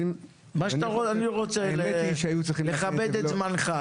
אני רוצה לכבד את זמנך.